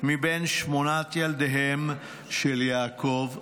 מבין שמונת ילדיהם של יעקב ובלהה,